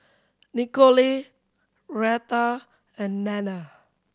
Nikole Retha and Nanna